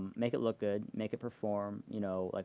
make it look good, make it perform, you know, like